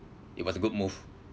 it was a good move